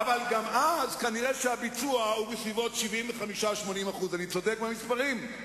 תחשוב, תאמר: אתם יודעים מה, המדיניות